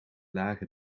lage